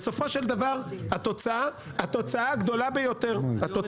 בסופו של דבר התוצאה הגדולה ביותר --- הולך לפי החוק.